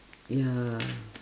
ya